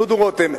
דודו רותם,